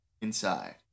inside